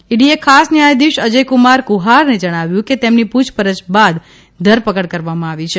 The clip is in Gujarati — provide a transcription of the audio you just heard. ઇડીએ ખાસ ન્યાયાધીશ અજયકુમાર કુહારને જણાવ્યું કે તેમની પૂછપરછ બાદ ધરપકડ કરવામાં આવી છે